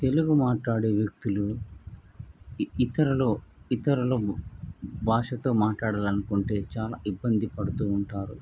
తెలుగు మాట్లాడే వ్యక్తులు ఇ ఇతరులు ఇతరులు భాషతో మాట్లాడాలనుకుంటే చాలా ఇబ్బంది పడుతూ ఉంటారు